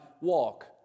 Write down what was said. walk